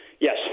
Yes